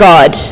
God